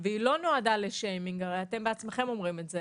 והוא לא נועד לשיימינג הרי אתם בעצמכם אומרים את זה